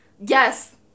Yes